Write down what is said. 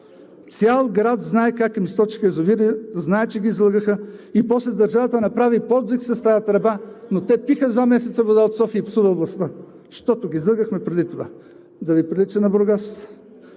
Цял град знае как им източиха язовира, знае, че ги излъгаха и после държавата направи подвиг с тази тръба, но те пиха два месеца вода от София и псуваха властта, защото ги излъгахме преди това. Да Ви прилича на Бургас?